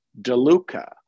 DeLuca